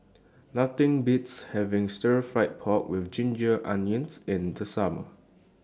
Nothing Beats having Stir Fried Pork with Ginger Onions in The Summer